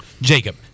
Jacob